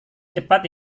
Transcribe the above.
cepat